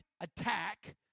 attack